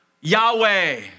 Yahweh